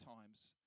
times